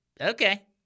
okay